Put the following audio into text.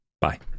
Bye